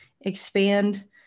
expand